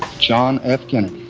john f kennedy.